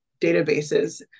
databases